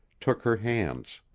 took her hands.